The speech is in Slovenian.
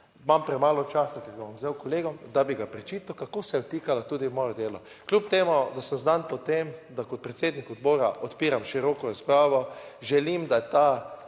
imam premalo časa, ki ga bom vzel kolegom, da bi ga prečital, kako se je vtikala tudi v moje delo - kljub temu, da sem znan po tem, da kot predsednik odbora odpiram široko razpravo. Želim, da je ta